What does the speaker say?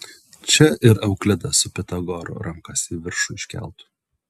čia ir euklidas su pitagoru rankas į viršų iškeltų